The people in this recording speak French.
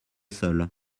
seule